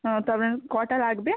ও তবে কটা লাগবে